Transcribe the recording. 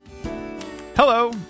Hello